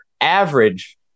average